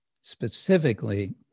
specifically